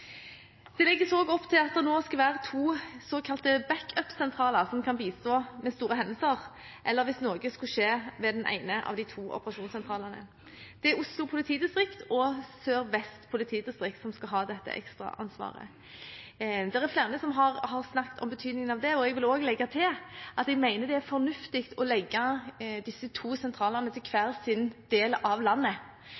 to såkalte backup-sentraler, som kan bistå ved store hendelser, eller hvis noe skulle skje ved den ene av de to operasjonssentralene. Det er Oslo politidistrikt og Sør-Vest politidistrikt som skal ha dette ekstra ansvaret. Det er flere som har snakket om betydningen av det, og jeg vil legge til at jeg mener det er fornuftig å legge disse to sentralene til